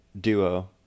duo